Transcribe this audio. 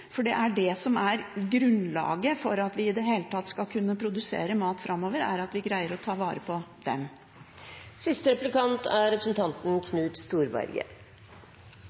for grunnlaget for at vi i det hele tatt skal kunne produsere mat framover, er at vi greier å ta vare på